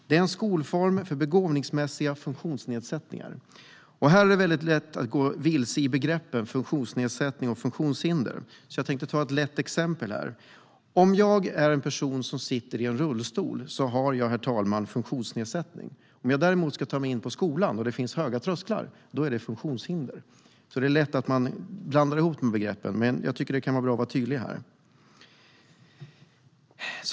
Det är en skolform för begåvningsmässiga funktionsnedsättningar. Det är lätt att gå vilse i begreppen funktionsnedsättning och funktionshinder, så jag tänkte ta ett lättfattligt exempel. Om jag sitter i rullstol har jag en funktionsnedsättning. Om jag ska ta mig in på skolan och det finns höga trösklar är det ett funktionshinder. Det är lätt att blanda ihop begreppen, så det är bra att vara tydlig.